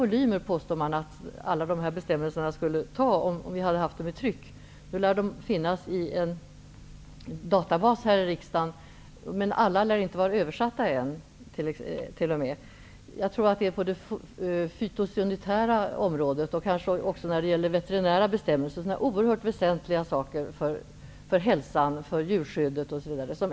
Det påstås att bestämmelserna skulle uppta 15 volymer om de fanns i tryck. De lär finnas i en databas här i riksdagen, men alla är tydligen inte översatta till svenska ännu. Det gäller bl.a. bestämmelser på det fytosanitära och det veterinära området som är oerhört väsentliga för hälsa och djurskydd m.m.